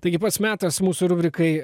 taigi pats metas mūsų rubrikai